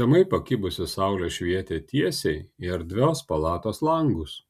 žemai pakibusi saulė švietė tiesiai į erdvios palatos langus